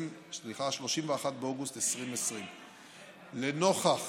31 באוגוסט 2020. לנוכח